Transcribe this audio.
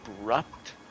abrupt